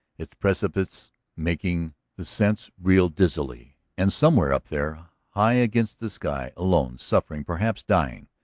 its precipices making the sense reel dizzily. and somewhere up there high against the sky, alone, suffering, perhaps dying,